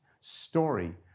story